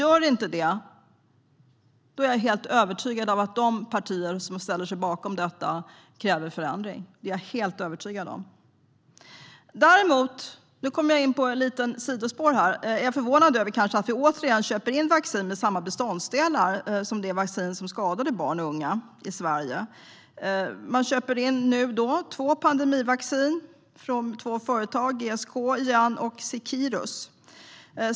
Gör de inte det är jag övertygad om att de partier som ställer sig bakom detta kräver förändring. Det är jag helt övertygad om. Däremot - nu kommer jag in på ett sidospår - är jag förvånad över att vi återigen köper in vaccin med samma beståndsdelar som i det vaccin som skadade barn och unga. Man köper in två pandemivaccin från två företag: GSK igen och Seqirus.